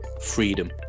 freedom